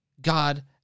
God